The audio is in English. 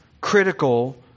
critical